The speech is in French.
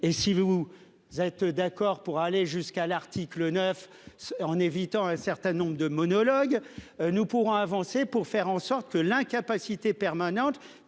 Et si vous êtes d'accord pour aller jusqu'à l'article 9. En évitant un certain nombre de monologue. Nous pourrons avancer pour faire en sorte que l'incapacité permanente